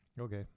okay